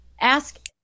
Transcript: ask